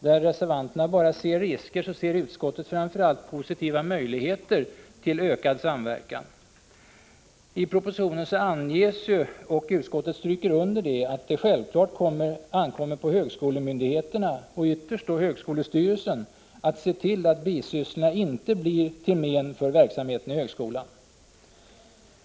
Där reservanten bara ser risker ser utskottet framför allt positiva möjligheter till ökad samverkan. I propositionen anges, och utskottet understryker detta, att det självklart ankommer på högskolemyndigheterna, och ytterst på högskolestyrelsen, att se till att bisysslorna inte blir till men för verksamheten i högskolan.